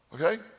okay